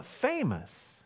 famous